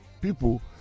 people